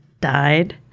died